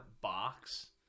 box